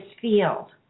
field